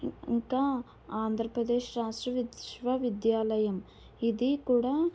ఇంకా ఆంధ్రప్రదేశ్ రాష్ట్ర విశ్వ విద్యాలయం ఇది కూడా